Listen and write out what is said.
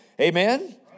Amen